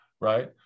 right